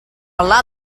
lot